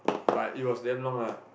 but it was damn long ah